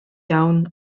iawn